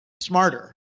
smarter